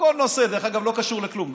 בכל נושא, ודרך אגב לא קשור לכלום.